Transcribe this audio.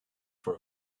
for